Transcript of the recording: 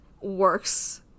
works